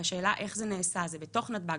והשאלה איך זה נעשה זה בתוך נתב"ג?